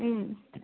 उम्